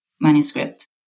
manuscript